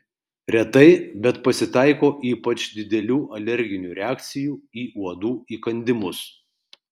retai bet pasitaiko ypač didelių alerginių reakcijų į uodų įkandimus